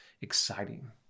exciting